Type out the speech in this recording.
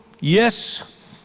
yes